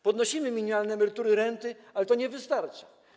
Podnosimy minimalne emerytury i renty, ale to nie wystarczy.